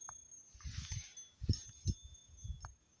मले ऑनलाईन सामान घ्यासाठी ऑनलाईन पैसे देता येईन का?